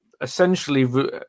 essentially